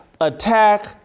attack